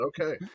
okay